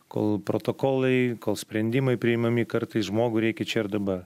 kol protokolai kol sprendimai priimami kartais žmogų reikia čia ir dabar